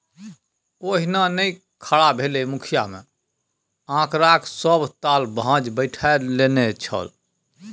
ओहिना नै खड़ा भेलै मुखिय मे आंकड़ाक सभ ताल भांज बैठा नेने छल